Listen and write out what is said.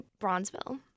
Bronzeville